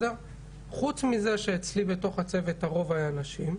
חוץ מזה שאצלי בצוות הרוב היו נשים,